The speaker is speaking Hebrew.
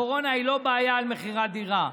הקורונה היא לא בעיה במכירת דירה.